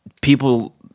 people